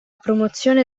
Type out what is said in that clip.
promozione